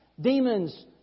demons